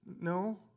No